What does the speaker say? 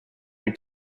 your